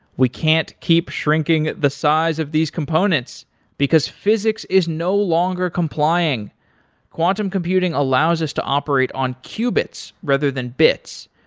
we can't keep shrinking the size of these components because physics is no longer complying quantum computing allows us to operate on qubits rather than bits,